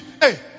hey